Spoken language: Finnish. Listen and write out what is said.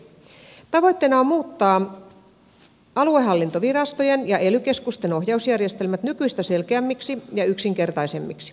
tavoitteena on muuttaa aluehallintovirastojen ja ely keskusten ohjausjärjestelmät nykyistä selkeämmiksi ja yksinkertaisemmiksi